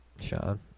Sean